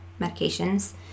medications